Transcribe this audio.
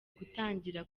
gutangira